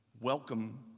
welcome